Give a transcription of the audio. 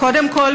קודם כול,